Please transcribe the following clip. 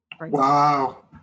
Wow